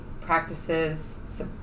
practices